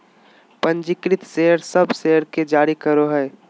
पंजीकृत शेयर सब शेयर के जारी करो हइ